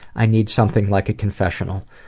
i need something like a confessional.